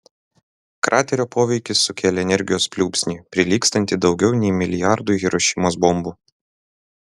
kraterio poveikis sukėlė energijos pliūpsnį prilygstantį daugiau nei milijardui hirošimos bombų